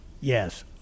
yes